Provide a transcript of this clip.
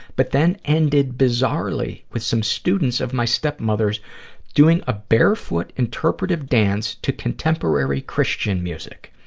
but then ended bizarrely with some students of my stepmother's doing a barefoot interpretive dance to contemporary christian music.